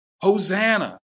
Hosanna